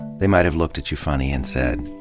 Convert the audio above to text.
they might have looked at you funny and said,